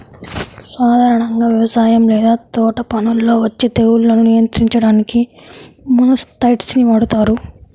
సాధారణంగా వ్యవసాయం లేదా తోటపనుల్లో వచ్చే తెగుళ్లను నియంత్రించడానికి మొలస్సైడ్స్ ని వాడుతారు